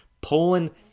Poland